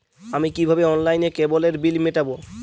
আমি কিভাবে অনলাইনে কেবলের বিল মেটাবো?